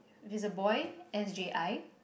if it's a boy S_J_I